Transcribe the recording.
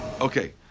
Okay